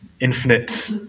infinite